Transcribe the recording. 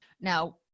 Now